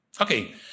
Okay